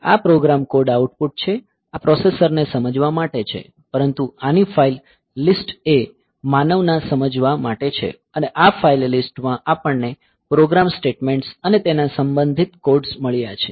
આ program code output છે આ પ્રોસેસરને સમજવા માટે છે પરંતુ આની ફાઇલ લીસ્ટ એ માનવ ના સમજવા માટે છે અને આ ફાઇલ લીસ્ટમાં આપણને પ્રોગ્રામ સ્ટેટમેન્ટ્સ અને તેના સંબંધિત કોડ્સ મળ્યાં છે